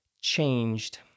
changed